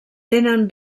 tenen